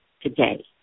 today